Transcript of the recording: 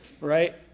right